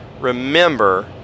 remember